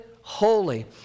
holy